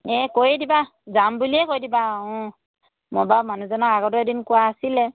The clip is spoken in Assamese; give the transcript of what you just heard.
এই কৰি দিবা যাম বুলিয়েই কৈ দিবা অঁ মই বাৰু মানুহজনক আগতে এদিন কোৱা আছিলে